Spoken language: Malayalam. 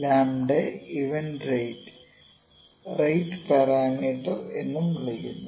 ലാംഡയെ ഇവന്റ് നിരക്ക് റേറ്റ് പാരാമീറ്റർ എന്നും വിളിക്കുന്നു